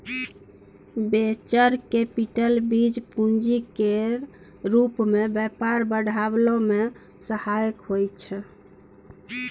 venture capital बीज पूंजी केर रूप मे व्यापार बढ़ाबै मे सहायक होइ छै